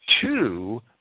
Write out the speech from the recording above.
two